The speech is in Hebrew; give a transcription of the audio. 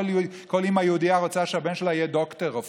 כל אימא יהודייה רוצה שהבן שלה יהיה דוקטור, רופא.